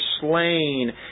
slain